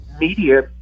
media